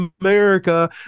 America